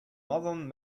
modern